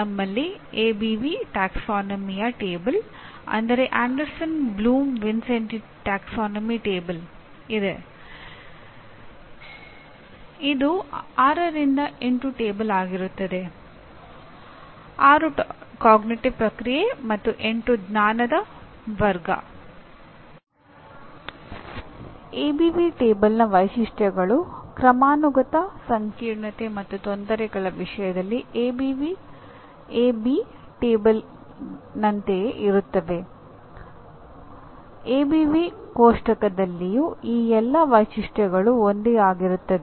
ನಮ್ಮಲ್ಲಿ ABV taxonomy table ಕೋಷ್ಟಕದಲ್ಲಿಯೂ ಆ ಎಲ್ಲಾ ವೈಶಿಷ್ಟ್ಯಗಳು ಒಂದೇ ಆಗಿರುತ್ತವೆ